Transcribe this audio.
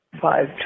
five